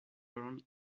born